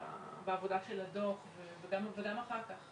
בעבודה על הדו"ח וגם אחר כך,